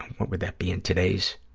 what would that be in today's,